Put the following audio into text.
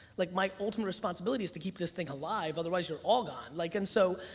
like my ultimate responsibility is to keep this thing alive, otherwise, you're all gone. like and so,